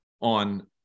on